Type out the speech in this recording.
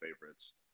favorites